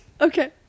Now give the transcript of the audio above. Okay